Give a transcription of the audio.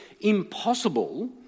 impossible